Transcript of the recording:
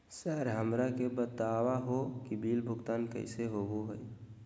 Sir हमरा के बता हो कि बिल भुगतान कैसे होबो है?